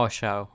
show